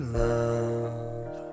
love